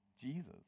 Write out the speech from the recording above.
Jesus